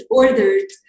ordered